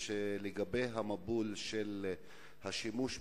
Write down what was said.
לגבי המבול של השימוש בגז,